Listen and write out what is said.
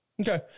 okay